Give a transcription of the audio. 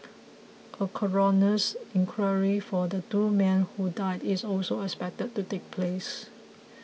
a coroner's inquiry for the two men who died is also expected to take place